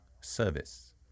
service